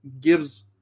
gives